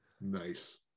Nice